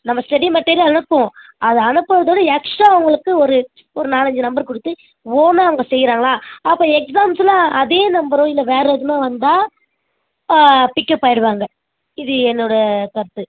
நம்ம study material அனுப்பும் அது அனுப்பிட்றதோட எக்ஸ்டரா அவங்களுக்கு ஒரு ஒரு நாலு அஞ்சு நம்பர் கொடுத்து ஓன்னாக அவங்க செய்யறாங்களா அப்போ எக்ஸாம்ஸில் அதே நம்பரோ இல்லை வேறு எதனா வந்தால் பிக்கப் ஆகிவிடுவாங்க இது என்னோட கருத்து